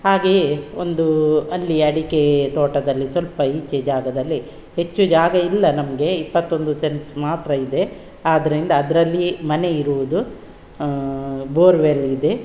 ಹಾಗೆಯೇ ಒಂದು ಅಲ್ಲಿ ಅಡಿಕೆ ತೋಟದಲ್ಲಿ ಸ್ವಲ್ಪ ಈಚೆ ಜಾಗದಲ್ಲಿ ಹೆಚ್ಚು ಜಾಗ ಇಲ್ಲ ನಮಗೆ ಇಪ್ಪತ್ತೊಂದು ಸೆನ್ಸ್ ಮಾತ್ರ ಇದೆ ಆದ್ದರಿಂದ ಅದರಲ್ಲಿಯೇ ಮನೆ ಇರುವುದು ಬೋರ್ವೆಲ್ ಇದೆ